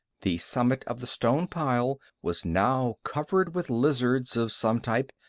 the summit of the stone pile was now covered with lizards of some type,